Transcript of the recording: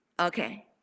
Okay